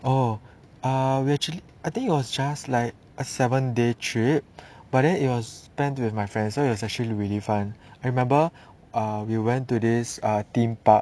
oh uh we actually I think it was just like a seven day trip but then it was spent with my friends so it was actually really fun I remember we went to this uh theme park